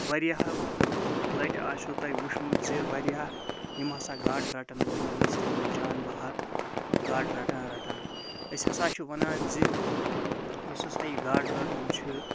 واریاہَو لَٹہِ آسیو تۄہہِ وٕچھمُت زِ واریاہ یِم ہسا گاڈٕ رَٹَن وٲلۍ ٲسۍ تِم گٔے جان بہ حق گاڈٕ رٹان رَٹان أسۍ ہسا چھِ وَنان زِ یُس ہسا یہِ گاڈٕ رَٹُن چھِ